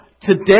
today